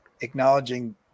acknowledging